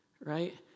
right